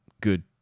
good